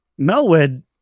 Melwood